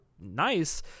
nice